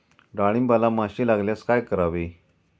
डाळींबाला माशी लागल्यास काय करावे?